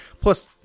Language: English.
plus